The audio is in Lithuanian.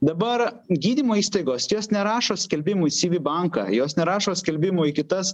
dabar gydymo įstaigos jos nerašo skelbimų į cv banką jos nerašo skelbimo į kitas